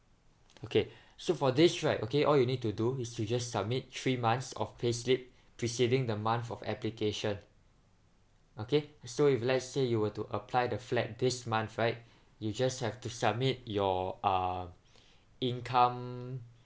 okay so for this right okay all you need to do is you just submit three months of payslip preceding the month of application okay so if let's say you were to apply the flat this month right you just have to submit your uh income